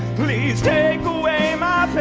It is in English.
please take away my